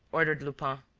ordered lupin.